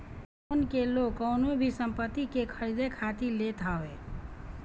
loan के लोग कवनो भी संपत्ति के खरीदे खातिर लेत हवे